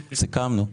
סיכמנו.